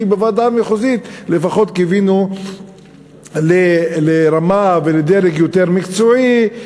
כי בוועדה המחוזית לפחות קיווינו לרמה ולדרג יותר מקצועיים.